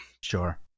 Sure